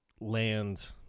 land